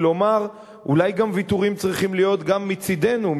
ולומר: אולי ויתורים צריכים להיות גם מצדנו,